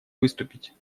выступить